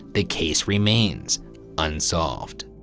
the case remains unsolved.